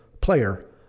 player